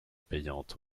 payante